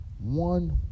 one